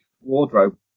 wardrobe